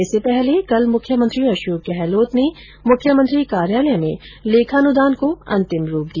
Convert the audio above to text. इससे पहले कल मुख्यमंत्री अशोक गहलोत ने मुख्यमंत्री कार्यालय में लेखानुदान को अंतिम रूप दिया